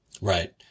Right